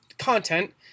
content